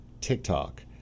TikTok